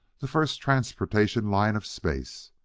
the first transportation line of space.